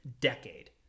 decade